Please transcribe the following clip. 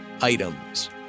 items